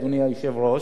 אדוני היושב-ראש,